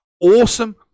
awesome